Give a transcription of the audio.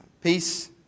peace